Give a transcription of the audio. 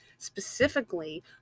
Specifically